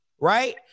right